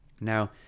Now